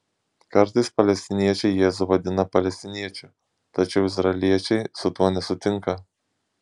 kartais palestiniečiai jėzų vadina palestiniečiu tačiau izraeliečiai su tuo nesutinka